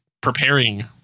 preparing